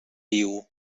viu